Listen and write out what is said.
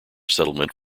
settlement